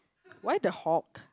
why the Hulk